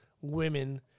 women